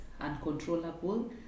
uncontrollable